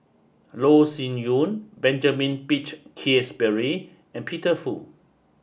Loh Sin Yun Benjamin Peach Keasberry and Peter Fu